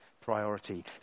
priority